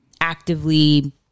actively